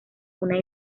una